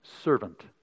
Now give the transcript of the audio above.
servant